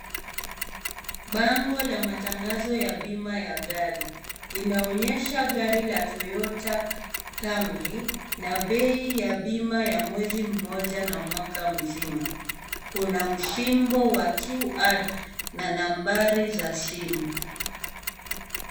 Bango la matangazo ya bima ya gari linaonyesha gari la toyota kamri, na bei ya bima ya mwezi mmoja na mwaka mzima. Kuna msimbo wa QR na nambari za simu.